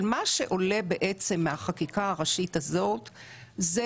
מה שעולה מן החקיקה הראשית הזאת זה